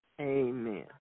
Amen